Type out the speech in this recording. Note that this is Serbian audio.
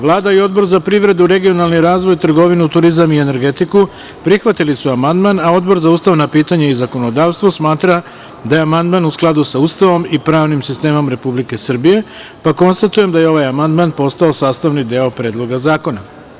Vlada i Odbor za privredu, regionalni razvoj, trgovinu, turizam i energetiku prihvatili su amandman, a Odbor za ustavna pitanja i zakonodavstvo smatra da je amandman u skladu sa Ustavom i pravnim sistemom Republike Srbije, pa konstatujem da je ovaj amandman postao sastavni deo Predloga zakona.